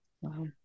Wow